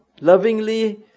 lovingly